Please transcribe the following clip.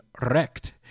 wrecked